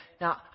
Now